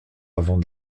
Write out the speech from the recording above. avant